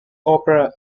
opera